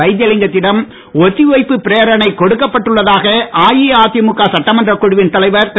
வைத்திலிங்கத்திடம் ஒத்தி வைப்பு பிரேரணை கொடுக்கப்பட்டுள்ளதாக அஇஅதிமுக சட்டமன்ற குழுவின் தலைவர் திரு